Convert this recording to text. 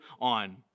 on